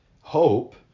Hope